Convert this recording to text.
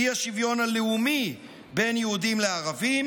האי-שוויון הלאומי בין יהודים לערבים,